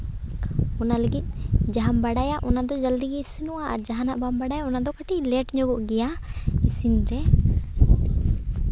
ᱚᱱᱟ ᱞᱟᱹᱜᱤᱫ ᱡᱟᱦᱟᱸᱢ ᱵᱟᱰᱟᱭᱟ ᱚᱱᱟ ᱫᱚ ᱡᱚᱞᱫᱤ ᱜᱮ ᱤᱥᱤᱱᱚᱜᱼᱟ ᱟᱨ ᱡᱟᱦᱟᱸᱟᱜ ᱵᱟᱰᱟᱭᱟ ᱚᱱᱟ ᱫᱚ ᱠᱟᱹᱴᱤᱡ ᱞᱮᱴ ᱧᱚᱜᱚᱜ ᱜᱮᱭᱟ ᱤᱥᱤᱱ ᱨᱮ